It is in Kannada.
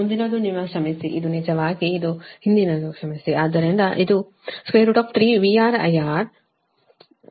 ಮುಂದಿನದು ನಿಮ್ಮ ಕ್ಷಮಿಸಿ ಇದು ನಿಜವಾಗಿ ಇದು ಹಿಂದಿನದು ಕ್ಷಮಿಸಿ